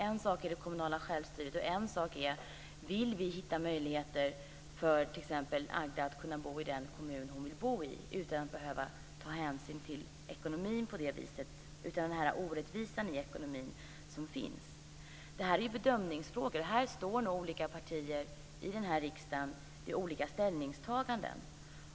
En sak är det kommunala självstyret, en annan sak är om vi vill hitta möjligheter för t.ex. Agda att bo i den kommun hon vill bo i utan att behöva ta hänsyn till ekonomin på det viset med den orättvisa som finns i ekonomin. Det här är bedömningsfrågor. Här står nu olika partier i den här riksdagen för olika ställningstaganden.